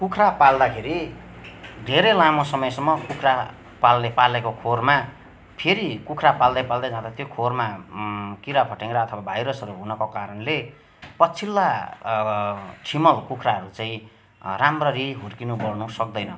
कुखुरा पाल्दाखेरि धेरै लामो समयसम्म कुखुरा पाल्ने पालेको खोरमा फेरि कुखुरा पाल्दै पाल्दै जाँदा त्यो खोरमा किराफट्याङ्ग्रा अथवा भाइरसहरू हुनको कारणले पछिल्ला छिमल कुखुराहरू चाहिँ राम्ररी हुर्किनु बढ्नु सक्दैन